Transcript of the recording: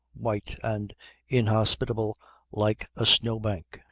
white and inhospitable like a snow bank.